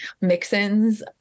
mix-ins